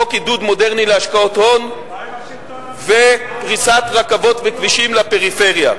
חוק עידוד מודרני להשקעות הון ופריסת רכבות וכבישים לפריפריה.